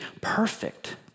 perfect